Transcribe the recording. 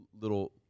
little